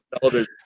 television